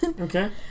Okay